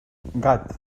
gat